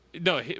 No